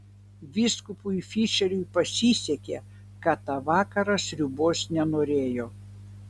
vyskupui fišeriui pasisekė kad tą vakarą sriubos nenorėjo